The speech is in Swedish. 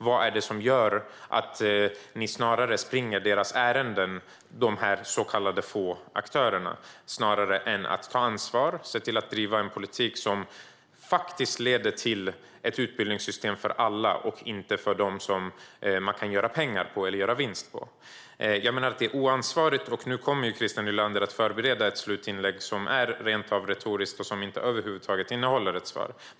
Vad är det som gör att ni snarare springer de så kallade få aktörernas ärenden snarare än att ta ansvar och se till att driva en politik som leder till ett utbildningssystem för alla och inte bara för dem som man kan göra vinst på? Jag menar att det är oansvarigt. Nu kommer Christer Nylander att förbereda ett slutinlägg som är rent retoriskt och som inte över huvud taget innehåller ett svar.